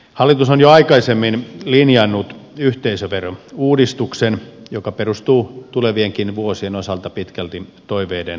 hallitus on jo aikaisemmin linjannut yhteisöverouudistuksen joka perustuu tulevienkin vuosien osalta pitkälti toiveiden varaan